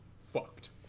fucked